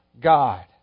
God